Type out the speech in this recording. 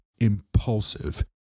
impulsive